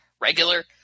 regular